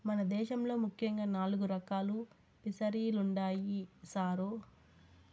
మన దేశంలో ముఖ్యంగా నాలుగు రకాలు ఫిసరీలుండాయి సారు